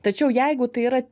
tačiau jeigu tai yra